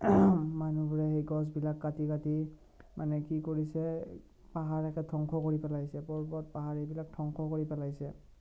মানুহবোৰে সেই গছবিলাক কাটি কাটি মানে কি কৰিছে পাহাৰ একে ধংস কৰি পেলাইছে পৰ্বত পাহাৰ এইবিলাক ধ্বংস কৰি পেলাইছে